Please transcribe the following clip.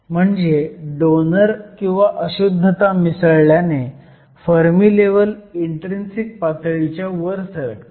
म्हणजे डोनर किंवा अशुद्धता मिसळल्याने फर्मी लेव्हल इन्ट्रीन्सिक पातळीच्या वर सरकते